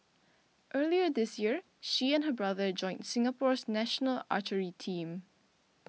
earlier this year she and her brother joined Singapore's national archery team